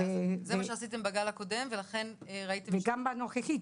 זה מה שעשיתם בגל הקודם ולכן ראיתם ש --- וגם בנוכחי,